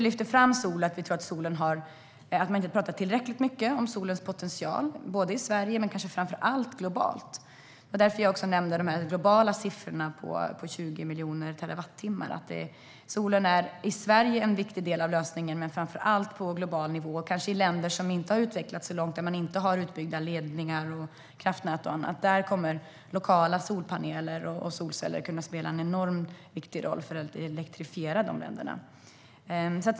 Vi lyfter fram solkraften eftersom vi tycker att man inte talar tillräckligt mycket om solens potential, i Sverige men kanske framför allt globalt. Därför nämnde jag de globala siffrorna på 20 miljoner terawattimmar. Solen är en viktig del av lösningen i Sverige men framför allt på global nivå. I länder som inte har utvecklats så långt, där man inte har utbyggda ledningar och kraftnät, kommer lokala solpaneler och solceller att kunna spela en enormt viktig roll för att elektrifiera länderna.